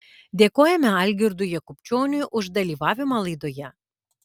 dėkojame algirdui jakubčioniui už dalyvavimą laidoje